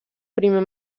primer